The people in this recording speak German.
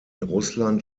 russland